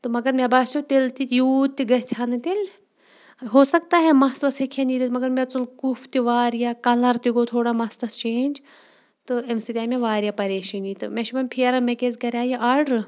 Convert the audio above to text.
تہٕ مگر مےٚ باسیو تیٚلہِ تہِ یوٗت تہِ گژھِ ہا نہٕ تیٚلہِ ہوسَکتا ہے مَس وَس ہیٚکہِ ہا نیٖرِتھ مگر مےٚ ژوٚل کُف تہِ واریاہ کَلَر تہِ گوٚو تھوڑا مَستَس چینٛج تہٕ اَمہِ سۭتۍ آیہِ مےٚ واریاہ پریشٲنی تہٕ مےٚ چھِ وۄنۍ پھیران مےٚ کیٛازِ کَرے یہِ آرڈَر